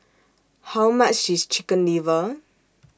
How much IS Chicken Liver